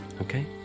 Okay